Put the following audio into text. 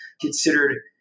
considered